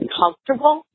comfortable